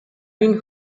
been